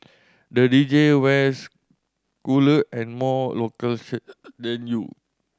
the D J wears cooler and more local shirt than you